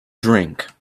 drink